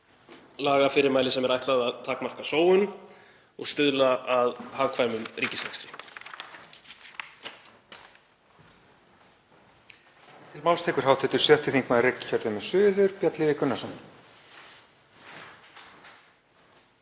lagafyrirmæli sem er ætlað að takmarka sóun og stuðla að hagkvæmum ríkisrekstri.